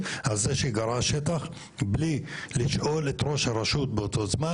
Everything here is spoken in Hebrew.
מי ישמור על האדמה הזאת?